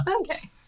Okay